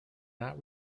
not